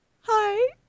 hi